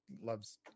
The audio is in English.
loves